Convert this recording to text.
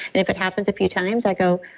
and if it happens a few times i go,